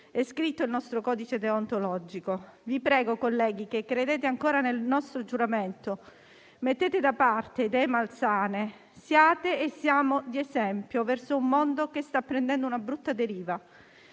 È scritto nel nostro codice deontologico. Vi prego, colleghi che credete ancora nel nostro giuramento, mettete da parte idee malsane, siate e siamo di esempio verso un mondo che sta prendendo una brutta deriva.